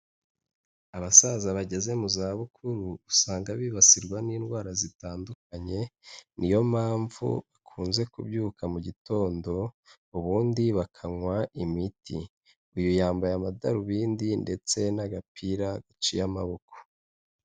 Abasaza bageze mu zabukuru usanga bibasirwa n'indwara zitandukanye, niyo mpamvu bakunze kubyuka mu gitondo ubundi bakanywa imiti, uyu yambaye amadarubindi ndetse n'agapira gaciye amaboko.